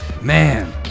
man